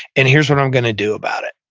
and here's what i'm going to do about it.